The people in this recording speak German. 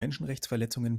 menschenrechtsverletzungen